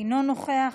אינו נוכח,